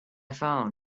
phone